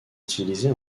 utilisé